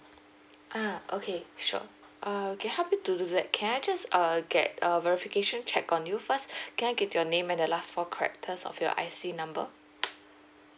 uh okay sure err can help you to do that can I just err get a verification check on you first can I get your name and the last four characters of your I_C number